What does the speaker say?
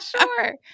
Sure